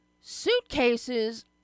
suitcases